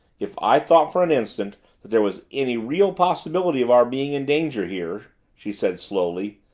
if i thought for an instant that there was any real possibility of our being in danger here she said slowly.